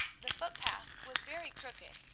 the footpath was very crooked,